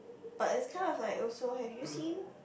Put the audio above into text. but it's kind of like also have you seen